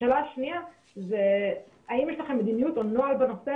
השאלה השנייה זה האם יש לכם מדיניות או נוהל בנושא